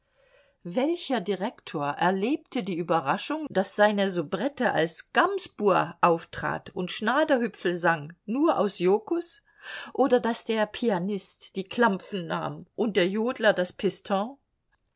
welcher direktor erlebte die überraschung daß seine soubrette als gamsbua auftrat und schnadahüpfl sang nur aus jokus oder daß der pianist die klampfn nahm und der jodler das piston